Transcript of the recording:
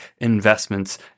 investments